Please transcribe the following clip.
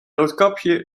roodkapje